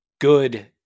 good